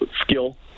skill